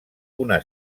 una